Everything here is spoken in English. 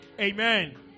Amen